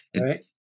Right